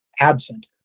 absent